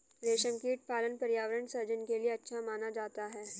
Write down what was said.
रेशमकीट पालन पर्यावरण सृजन के लिए अच्छा माना जाता है